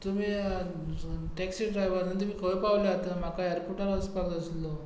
तुमी taxi driver तुमी खंय पावल्यात म्हाका ऍरपोटार वचपाक जाय आशिल्लो